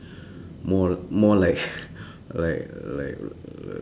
more more like like like err